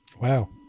Wow